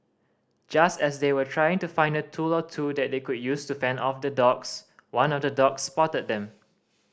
just as they were trying to find a tool or two that they could use to fend off the dogs one of the dogs spotted them